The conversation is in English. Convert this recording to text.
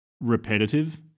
repetitive